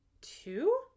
two